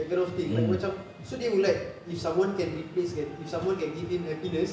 that kind of thing like macam so they will like if someone can replace can if someone can give him happiness